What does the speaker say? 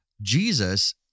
Jesus